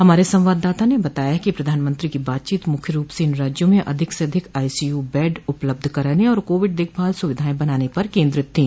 हमारे संवाददाता ने बताया है कि प्रधानमंत्री की बातचीत मुख्य रूप से इन राज्यों में अधिक से अधिक आई सी यू बेड उपलब्ध कराने और कोविड देखभाल सुविधाए बढ़ाने पर केंद्रित थी